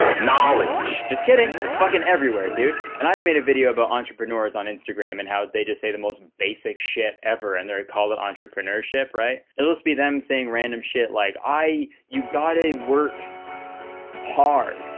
knowledge. just kidding. it's fucking everywhere, dude. and i've made a video about entrepreneurs on instagram and how did they just say the most basic shit ever and then call it entrepreneurship, right? it'll just be them saying random shit like, aye, you gotta work hard.